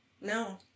No